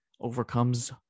overcomes